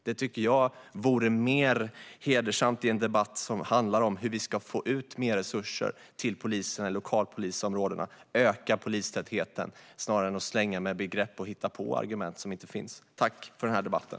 Det tycker jag vore mer hedersamt i en debatt som handlar om hur vi ska få ut mer resurser till poliserna i lokalpolisområdena. Öka polistätheten snarare än att svänga er med begrepp och hitta på argument som inte finns! Tack för debatten!